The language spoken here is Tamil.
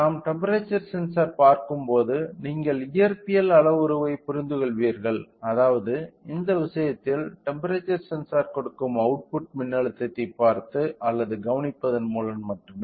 நாம் டெம்ப்பெரேச்சர் சென்சார் பார்க்கும் போது நீங்கள் இயற்பியல் அளவுருவைப் புரிந்துகொள்வீர்கள் அதாவது இந்த விஷயத்தில் டெம்ப்பெரேச்சர் சென்சார் கொடுக்கும் அவுட்புட் மின்னழுத்தத்தைப் பார்த்து அல்லது கவனிப்பதன் மூலம் மட்டுமே